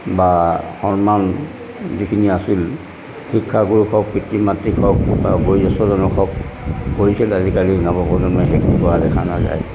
বা সন্মান যিখিনি আছিল শিক্ষাগুৰুক হওক পিতৃ মাতৃ হওক বা বয়োজ্যেষ্ঠজনক হওক কৰিছিল আজিকালি নৱপ্ৰজন্মই সেইখিনি কৰা দেখা নাযায়